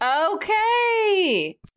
Okay